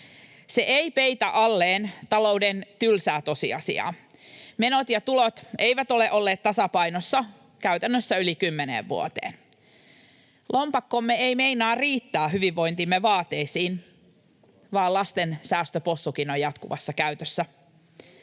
Se ei peitä alleen talouden tylsää tosiasiaa: menot ja tulot eivät ole olleet tasapainossa käytännössä yli kymmeneen vuoteen. Lompakkomme ei meinaa riittää hyvinvointimme vaateisiin, vaan lasten säästöpossukin on jatkuvassa käytössä.